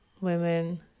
women